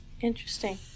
interesting